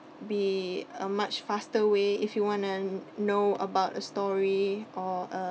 be a much faster way if you wanna know about a story or uh